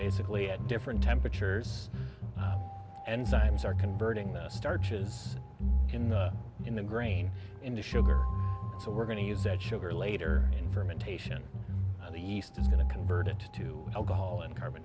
basically at different temperatures and times are converting the starches in the in the grain into sugar so we're going to use that sugar later fermentation and the yeast is going to convert it to alcohol and carbon